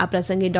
આ પ્રસંગે ડો